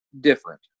different